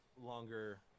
longer